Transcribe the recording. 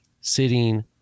sitting